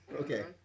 Okay